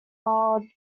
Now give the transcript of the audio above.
while